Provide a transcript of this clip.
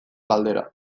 galdera